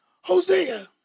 Hosea